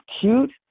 cute